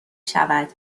شود